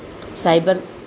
cyber